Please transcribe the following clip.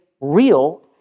real